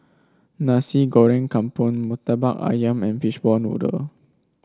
Nasi Goreng Kampung murtabak ayam and Fishball Noodle